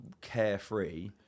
carefree